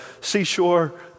seashore